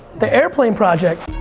the airplane project.